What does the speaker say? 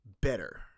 better